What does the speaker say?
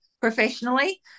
professionally